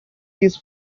his